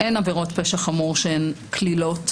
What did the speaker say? אין עבירות פשע חמור שהן קלילות.